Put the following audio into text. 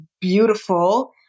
beautiful